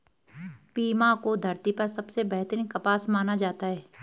Pima को धरती पर सबसे बेहतरीन कपास माना जाता है